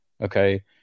Okay